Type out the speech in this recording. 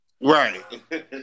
Right